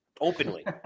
Openly